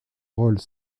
rôle